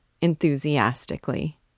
enthusiastically